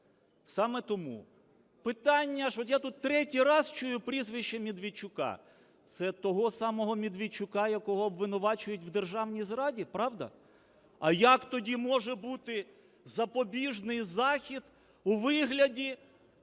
Саме тому питання… От я тут третій раз чую прізвище Медведчука. Це того самого Медведчука, якого обвинувачують в державній зраді, правда? А як тоді може бути запобіжний захід у вигляді